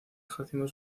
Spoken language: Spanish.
ejerciendo